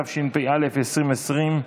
התשפ"א 2020,